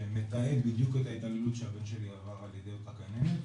שמתעד בדיוק את ההתעללות שהבן שלי עבר על ידי אותו גננת.